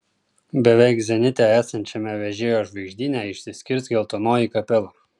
beveik zenite esančiame vežėjo žvaigždyne išsiskirs geltonoji kapela